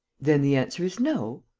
then the answer is no?